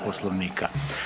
Poslovnika.